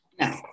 no